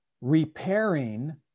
repairing